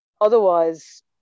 otherwise